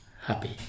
happy